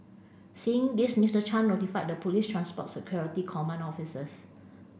seeing this Mister Chan notified the police's transport security command officers